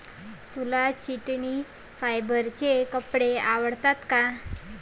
तुला चिटिन फायबरचे कपडे आवडतात का?